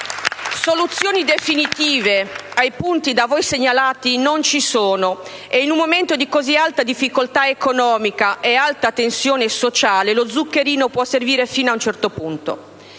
soluzioni definitive ai punti da voi segnalati non ci sono e, in un momento di così alta difficoltà economica ed alta tensione sociale, lo zuccherino può servire fino ad un certo punto.